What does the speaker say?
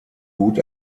gut